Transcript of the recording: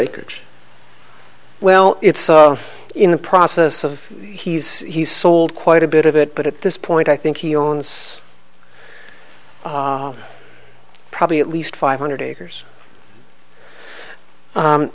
acreage well it's in the process of he's he's sold quite a bit of it but at this point i think he owns probably at least five hundred acres